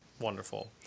wonderful